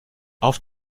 auf